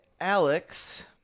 Alex